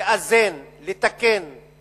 לאזן, לתקן את